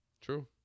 True